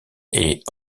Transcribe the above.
est